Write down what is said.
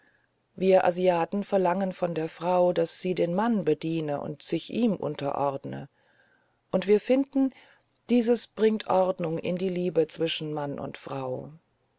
wir asiaten verlangen von der frau daß sie den mann bediene und sich ihm unterordne und wir finden dieses bringt ordnung in die liebe zwischen mann und frau